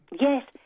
yes